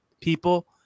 people